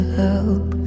help